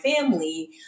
family